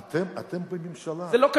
אבל אתם בממשלה, זה לא אומר,